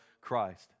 Christ